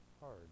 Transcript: hard